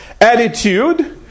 attitude